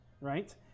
right